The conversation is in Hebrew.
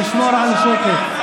לשמור על שקט.